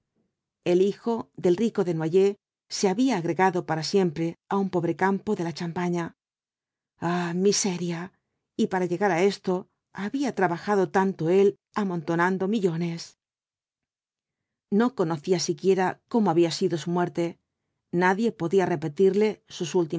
el hijo del rico desnoyers se había agregado para siempre un pobre campo de la champaña ah miseria y para llegar á esto había trabajado tanto él amontonando millones no conocía siquiera cómo había sido su muerte nadie podía repetirle sus